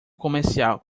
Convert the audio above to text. comercial